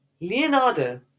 Leonardo